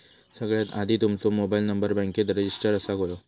सगळ्यात आधी तुमचो मोबाईल नंबर बॅन्केत रजिस्टर असाक व्हयो